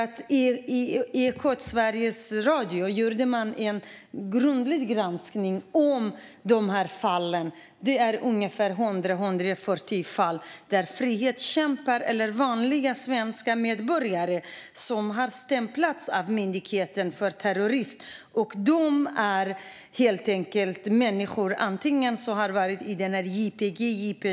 I Ekot i Sveriges Radio gjorde man en grundlig granskning av de här fallen. Det är ungefär 100-140 fall där frihetskämpar eller vanliga svenska medborgare har stämplats av myndigheten för terrorism. Det är helt enkelt människor som har varit med i YPG/YPJ.